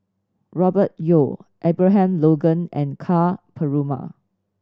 Robert Yeo Abraham Logan and Ka Perumal